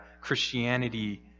Christianity